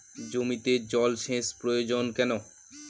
জমিতে জল সেচ প্রয়োজন কেন?